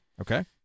Okay